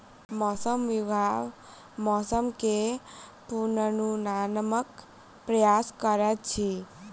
मौसम विभाग मौसम के पूर्वानुमानक प्रयास करैत अछि